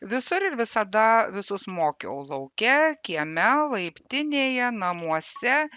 visur ir visada visus mokiau lauke kieme laiptinėje namuose